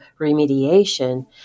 remediation